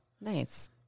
Nice